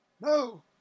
No